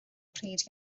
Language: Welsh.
pryd